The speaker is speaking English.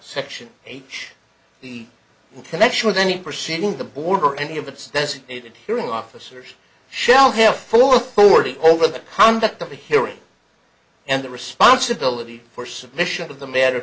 section eight in connection with any proceeding the board or any of its designated hearing officers shall have full authority over the conduct of the hearing and the responsibility for submission of the matter